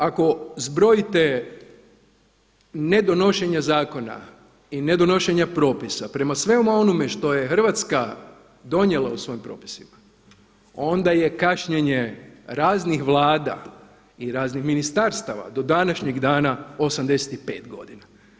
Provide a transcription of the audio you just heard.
Ako zbrojite nedonošenja zakona i nedonošenja propisa prema svemu onome što je Hrvatska donijela u svojim propisima onda je kašnjenje raznih Vlada i raznih ministarstava do današenjeg dana 85 godina.